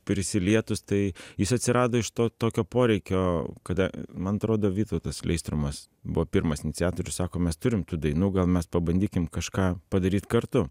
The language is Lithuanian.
prisilietus tai jis atsirado iš to tokio poreikio kada man atrodo vytautas leistrumas buvo pirmas iniciatorius sako mes turim tų dainų gal mes pabandykim kažką padaryt kartu